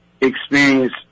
experience